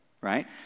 right